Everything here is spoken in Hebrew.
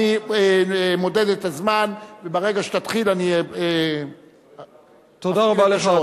אני מודד את הזמן, ברגע שתתחיל, תודה רבה לך.